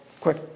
Quick